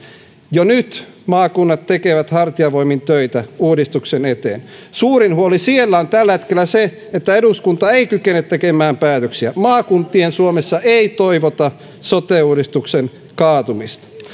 jo nyt maakunnat tekevät hartiavoimin töitä uudistuksen eteen suurin huoli siellä on tällä hetkellä se että eduskunta ei kykene tekemään päätöksiä maakuntien suomessa ei toivota sote uudistuksen kaatumista